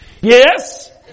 yes